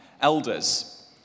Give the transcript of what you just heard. elders